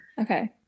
Okay